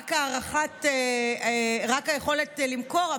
רק היכולת למכור,